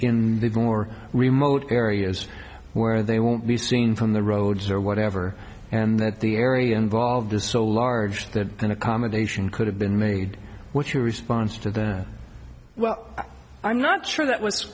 the more remote areas where they won't be seen from the roads or whatever and that the area involved is so large that an accommodation could have been made with your response to the well i'm not sure that was